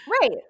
Right